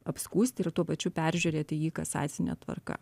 apskųsti ir tuo pačiu peržiūrėti jį kasacine tvarka